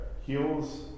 heels